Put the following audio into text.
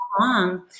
long